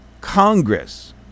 Congress